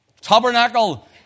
Tabernacle